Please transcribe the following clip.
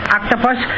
Octopus